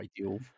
ideal